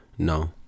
no